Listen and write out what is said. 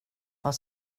vad